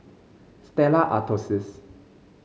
Stella Artois